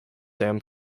sam